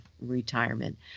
retirement